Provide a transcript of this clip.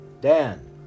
Dan